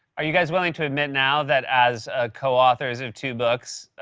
are you guys willing to admit now that as ah co-authors of two books,